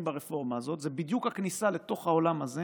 ברפורמה הזאת זה בדיוק הכניסה לעולם הזה